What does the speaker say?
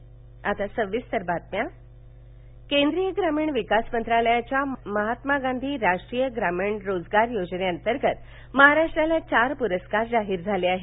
जलयक्त शिवार केंद्रीय ग्रामीण विकास मंत्रालयाच्या महात्मा गांधी राष्ट्रीय ग्रामीण रोजगार योजने अंतर्गत महाराष्ट्राला चार पुरस्कार जाहीर झाले आहेत